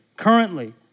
Currently